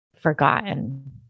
forgotten